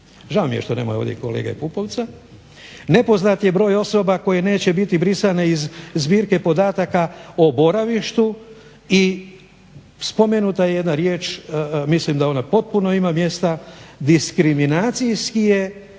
Žao mi je što nema ovdje kolege Pupovca. Nepoznat je broj osoba koje neće biti brisane iz zbirke podataka o boravištu i spomenuta je jedna riječ, mislim da ona potpuno ima mjesta, diskriminacijski je